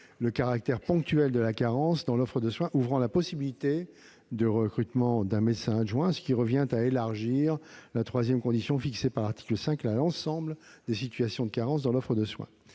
le caractère ponctuel de la carence dans l'offre de soins ouvrant la possibilité de recruter un médecin adjoint, ce qui revient à étendre la troisième condition prévue dans l'article 5 à l'ensemble des situations de carence dans l'offre de soins.